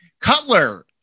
Cutler